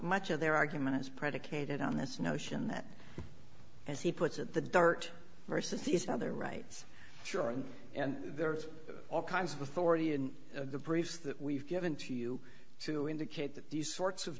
much of their argument is predicated on this notion that as he puts it the dart versus these other rights jordan and there's all kinds of authority in the briefs that we've given to you to indicate that these sorts of